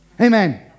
Amen